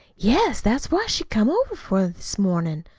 yes. that's what she come over for this mornin'.